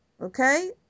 okay